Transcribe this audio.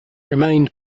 remained